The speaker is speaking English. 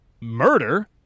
murder